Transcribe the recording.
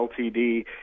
Ltd